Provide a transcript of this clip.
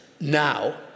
now